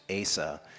Asa